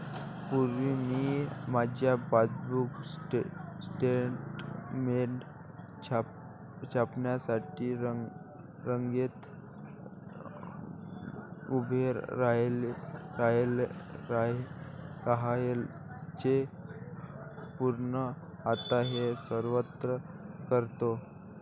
पूर्वी मी माझे पासबुक स्टेटमेंट छापण्यासाठी रांगेत उभे राहायचो पण आता ते स्वतः करतो